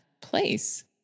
place